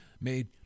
made